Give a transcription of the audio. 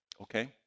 okay